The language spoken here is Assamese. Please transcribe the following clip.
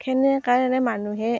সেনে কাৰণে মানুহে